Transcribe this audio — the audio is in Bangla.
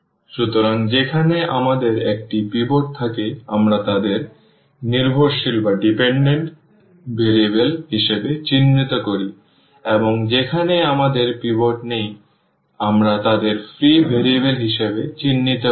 সুতরাং যেখানেই আমাদের একটি পিভট থাকে আমরা তাদের নির্ভরশীল ভেরিয়েবল হিসাবে চিহ্নিত করি এবং যেখানেই আমাদের পিভট নেই আমরা তাদের ফ্রি ভেরিয়েবল হিসাবে চিহ্নিত করব